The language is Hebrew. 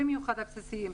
במיוחד הבסיסיים,